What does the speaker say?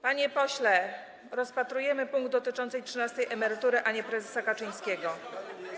Panie pośle, rozpatrujemy punkt dotyczący trzynastej emerytury, a nie prezesa Kaczyńskiego.